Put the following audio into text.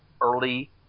early